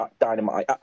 Dynamite